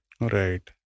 Right